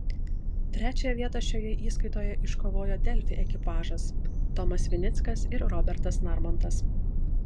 trečią vietą šioje įskaitoje iškovojo delfi ekipažas tomas vinickas ir robertas narmontas